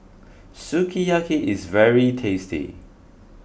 Sukiyaki is very tasty